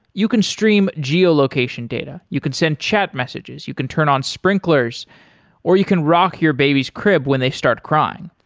you can stream geo location data. you can send chat messages, you can turn on sprinklers sprinklers or you can rock your baby's crib when they start crying.